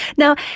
now,